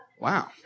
wow